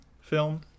film